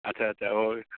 आटसा आटसा अह